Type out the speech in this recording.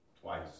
twice